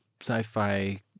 sci-fi